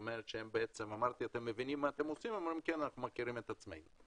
שאלתי אם הם מבינים מה הם עושים וענו שהם מכירים את עצמם.